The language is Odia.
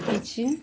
କିଛି